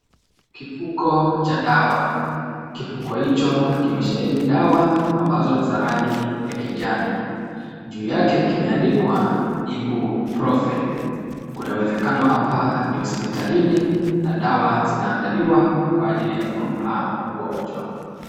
Kifuko cha dawa, kifuko hicho kimesheheni dawa ambazo ni za rangi ya kijani. Juu yake kimeandikwa IBUPROFEN. Kuna uwezekano hapa ni hospitalini na dawa zinaandaliwa kwa ajili ya kumpa mgonjwa.